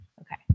okay